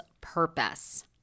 purpose